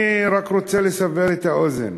אני רק רוצה לסבר את האוזן: